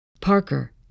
Parker